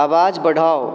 आवाज बढ़ाउ